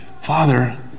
Father